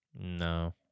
No